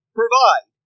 provide